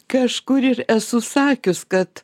kažkur ir esu sakius kad